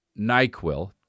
NyQuil